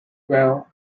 while